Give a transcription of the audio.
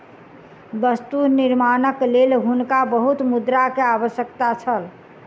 वस्तु निर्माणक लेल हुनका बहुत मुद्रा के आवश्यकता छल